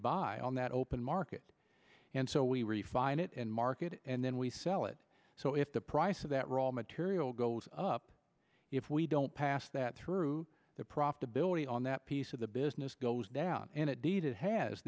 buy on that open market and so we refine it and market it and then we sell it so if the price of that raw material goes up if we don't pass that through the profitability on that piece of the business goes down and it david